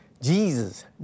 Jesus